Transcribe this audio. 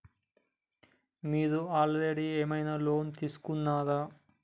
మీరు ఆల్రెడీ ఏమైనా లోన్ తీసుకున్నారా?